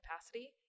capacity